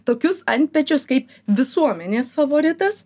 tokius antpečius kaip visuomenės favoritas